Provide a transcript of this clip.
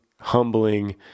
humbling